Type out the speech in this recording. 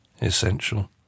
essential